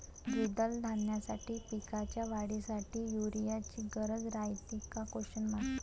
द्विदल धान्याच्या पिकाच्या वाढीसाठी यूरिया ची गरज रायते का?